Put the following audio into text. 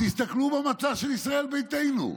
תסתכלו במצע של ישראל ביתנו.